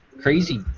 crazy